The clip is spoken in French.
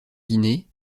guinée